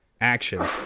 action